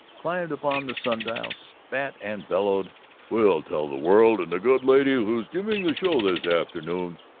climbed upon the sundial spat, and bellowed we'll tell the world, and the good lady who's giving the show this afternoon,